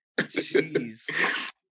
Jeez